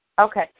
Okay